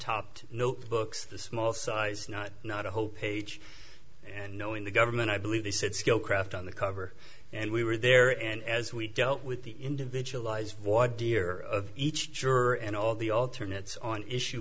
topped notebooks the small size not not a whole page and knowing the government i believe they said scowcroft on the cover and we were there and as we dealt with the individualized war dear each juror and all the alternate so on issue